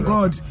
God